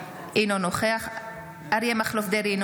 אינו נוכח אריה מכלוף דרעי,